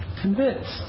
convinced